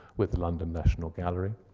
with the london national gallery.